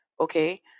Okay